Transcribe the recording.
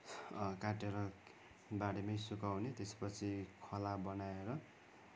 काटेर बारीमै सुकाउने त्यसपछि खला बनाएर